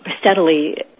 steadily